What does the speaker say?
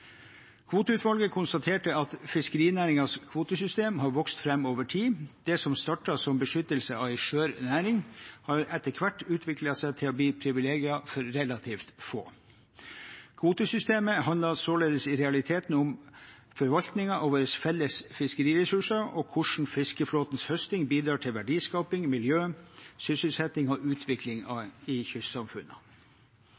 Kvoteutvalget konstaterte at fiskerinæringens kvotesystem har vokst fram over tid, og at det som startet som beskyttelse av en skjør næring, etter hvert har utviklet seg til å bli privilegier for relativt få. Kvotesystemet handler således i realiteten om forvaltningen av våre felles fiskeriressurser og hvordan fiskeflåtens høsting bidrar til verdiskaping, miljø, sysselsetting og utvikling